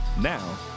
Now